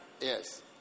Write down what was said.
Yes